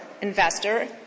investor